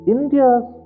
India's